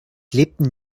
lebten